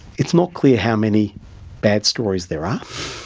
it's not clear how many bad stories there are.